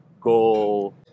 goal